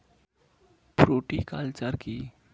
Fruticulture কী?